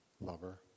lover